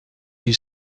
you